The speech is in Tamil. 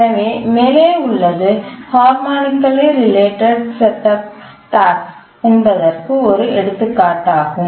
எனவே மேலே உள்ளது harmonically related set setup task என்பதற்கு ஒரு எடுத்துக்காட்டு ஆகும்